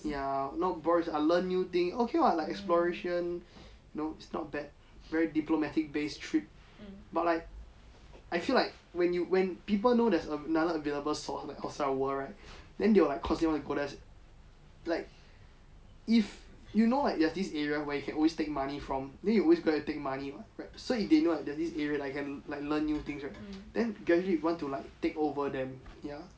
ya not borrow res~ ah learn new thing okay [what] like exploration you know it's not bad very diplomatic base trip but like I feel like when you when people know that's a another available source like outside the world right then they will like consider want to go there like if you know like there is this area where you can always take money from then you will always go and take money [what] right so if they know right there's this area like can learn new things right then gradually you want to like take over them ya